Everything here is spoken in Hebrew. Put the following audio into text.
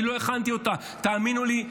אני לא הכנתי אותה, תאמינו לי.